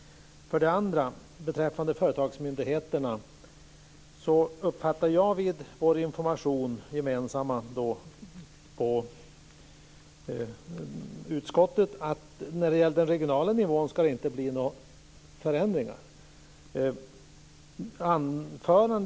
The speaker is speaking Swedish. För det andra: Beträffande företagsmyndigheterna uppfattade jag vid den information som vi fick på utskottet att det inte skulle bli några förändringar när det gäller den regionala nivån.